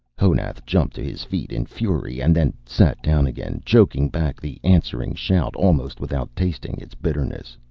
honath jumped to his feet in fury and then sat down again, choking back the answering shout almost without tasting its bitterness.